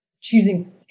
choosing